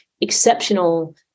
exceptional